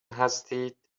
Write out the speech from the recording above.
هستید